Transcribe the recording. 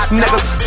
niggas